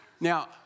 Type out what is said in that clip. Now